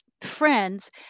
friends